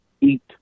eat